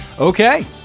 Okay